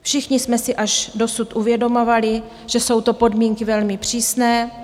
Všichni jsme si až dosud uvědomovali, že jsou to podmínky velmi přísné.